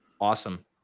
Awesome